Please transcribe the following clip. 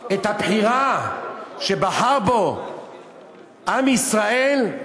בבחירה שבחר בו עם ישראל,